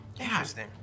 Interesting